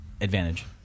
advantage